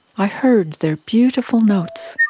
i heard their beautiful notes,